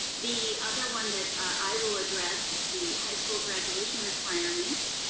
the other one that i will address is the high school graduation requirements,